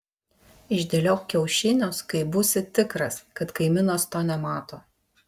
išdėliok kiaušinius kai būsi tikras kad kaimynas to nemato